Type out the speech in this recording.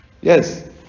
Yes